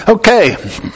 Okay